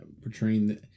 portraying